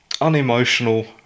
unemotional